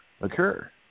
occur